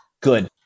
good